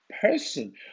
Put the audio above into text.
person